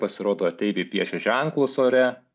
pasirodo ateiviai piešė ženklus ore